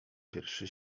pierwszy